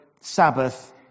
Sabbath